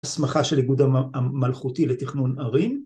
‫הסמכה של אגוד המלכותי לתכנון ערים.